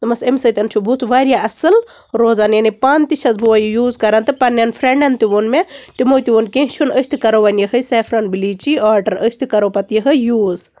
دوٚپمَس أمۍ سۭتۍ چھُ بُتھ واریاہ اصٕل روزان یعنے پانہٕ تہِ چھَس بہٕ وٕ یہِ یوٗز کران تہٕ پَنٛنیٚن فریٚنٛڈَن تہِ وون مےٚ تِمَو تہِ وون کیٚنہہ چھُنہٕ أسۍ تہِ کَرَو وٕنۍ یِہٕے سٮ۪فران بِلیٖچی آرڈَر أسۍ تہِ کَرَو پَتہٕ یِہٕے یوٗز